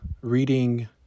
reading